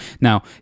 Now